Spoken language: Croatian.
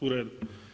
U redu.